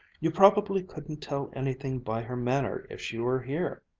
you probably couldn't tell anything by her manner if she were here.